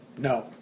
No